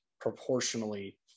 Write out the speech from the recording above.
proportionally